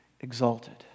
exalted